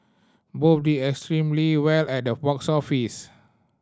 both did extremely well at the box office